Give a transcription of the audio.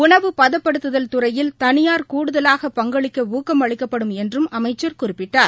உணவுப்படுதப்படுத்துதல் துறையில் தனியார் கூடுதலாக பங்களிக்கஊக்கம் அளிக்கப்படும் என்றும் அமைச்சர் குறிப்பிட்டார்